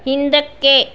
ಹಿಂದಕ್ಕೆ